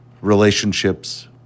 relationships